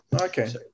Okay